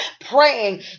praying